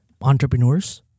entrepreneurs